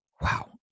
Wow